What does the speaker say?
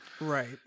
Right